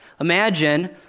Imagine